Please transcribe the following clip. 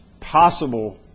possible